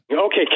Okay